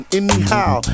anyhow